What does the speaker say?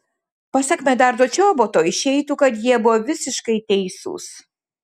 pasak medardo čoboto išeitų kad jie buvo visiškai teisūs